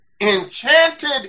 Enchanted